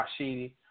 Rashidi